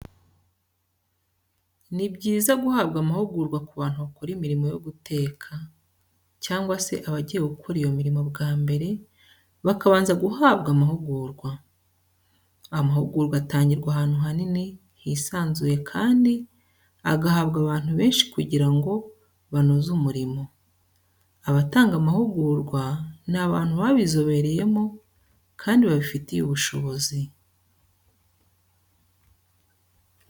Ni byiza guhabwa amahugurwa ku bantu bakora imirimo yo guteka, cyangwa se abagiye gukora iyo mirimo bwa mbere bakabanza guhabwa amahugurwa. Amahugurwa atangirwa ahantu hanini hisanzuye kandi agahabwa abantu benshi kugira ngo banoze umurimo. Abatanga amahugurwa ni abantu babizobereyemo kandi babifitiye ubushobozi.